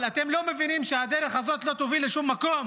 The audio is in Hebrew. אבל אתם לא מבינים שהדרך הזאת לא תוביל לשום מקום?